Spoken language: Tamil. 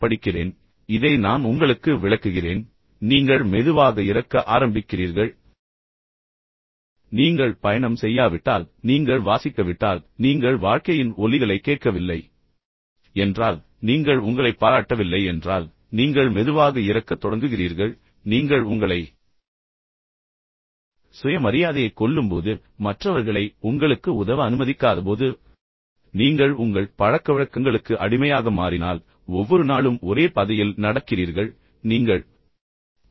இந்தக் கவிதையைப் படிக்கிறேன் இதை நான் உங்களுக்கு மிக விரைவாக விளக்குகிறேன் நீங்கள் மெதுவாக இறக்க ஆரம்பிக்கிறீர்கள் நீங்கள் பயணம் செய்யாவிட்டால் நீங்கள் வாசிக்கவிட்டால் நீங்கள் வாழ்க்கையின் ஒலிகளைக் கேட்கவில்லை என்றால் நீங்கள் உங்களைப் பாராட்டவில்லை என்றால் நீங்கள் மெதுவாக இறக்கத் தொடங்குகிறீர்கள் நீங்கள் உங்களை சுய மரியாதையை கொல்லும்போது மற்றவர்களை உங்களுக்கு உதவ அனுமதிக்காதபோது நீங்கள் மெதுவாக இறக்கத் தொடங்குகிறீர்கள் நீங்கள் உங்கள் பழக்கவழக்கங்களுக்கு அடிமையாக மாறினால் ஒவ்வொரு நாளும் ஒரே பாதையில் நடக்கிறீர்கள் நீங்கள்